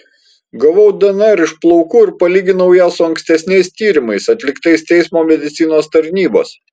gavau dnr iš plaukų ir palyginau ją su ankstesniais tyrimais atliktais teismo medicinos tarnybos